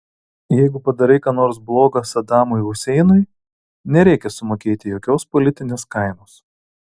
jeigu padarai ką nors bloga sadamui huseinui nereikia sumokėti jokios politinės kainos